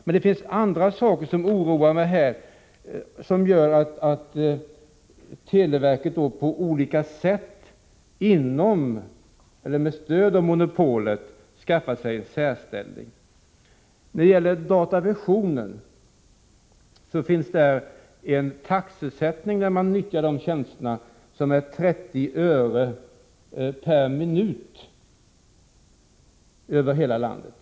Men det finns annat som oroar mig, nämligen att televerket på olika sätt med stöd av monopolet skaffar sig en särställning. Beträffande datavisionen är taxesättningen vid utnyttjande av televerkets tjänster 30 öre per minut över hela landet.